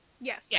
Yes